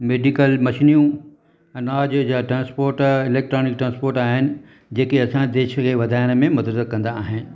medical मशिनियूं अनाज जा ट्रांसपोर्ट ऐं इलेक्ट्रोनिक ट्रांसपोर्ट आहिनि जेके असांजे देश के वधायण में मदद कंदा आहिनि